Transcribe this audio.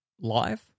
live